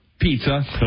pizza